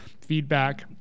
feedback